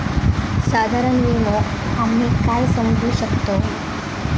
साधारण विमो आम्ही काय समजू शकतव?